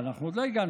למי שנתתם להיכנס